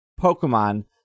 Pokemon